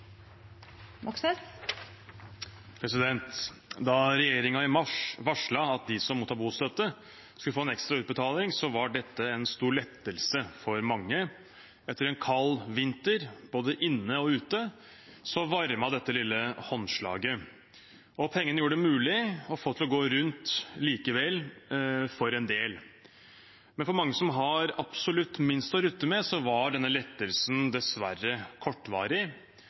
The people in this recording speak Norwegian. komiteen. Da regjeringen i mars varslet at de som mottar bostøtte, skulle få en ekstra utbetaling, var det en stor lettelse for mange. Etter en kald vinter både inne og ute varmet dette lille håndslaget, og pengene gjorde det mulig å få det til å gå rundt likevel for en del. Men for mange av dem som har absolutt minst å rutte med, var denne lettelsen dessverre kortvarig.